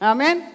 Amen